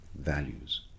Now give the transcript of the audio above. values